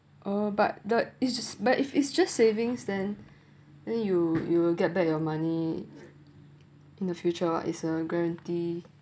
oh but that is just but if it's just savings then then you you will get back your money in the future what it's a guarantee